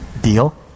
Deal